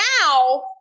now